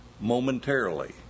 momentarily